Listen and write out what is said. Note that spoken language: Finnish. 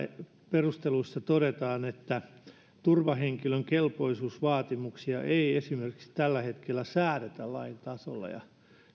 perusteluissa todetaan että esimerkiksi turvahenkilön kelpoisuusvaatimuksia ei tällä hetkellä säädetä lain tasolla